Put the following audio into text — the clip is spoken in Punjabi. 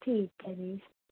ਠੀਕ ਹੈ ਜੀ